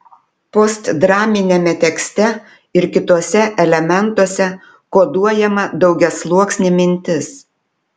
postdraminiame tekste ir kituose elementuose koduojama daugiasluoksnė mintis